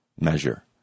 measure